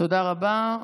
תודה רבה.